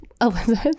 Elizabeth